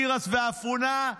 תירס ואפונה,